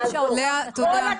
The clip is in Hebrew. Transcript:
לאה, תודה.